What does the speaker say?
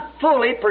fully